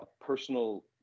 personal